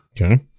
Okay